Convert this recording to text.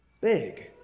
big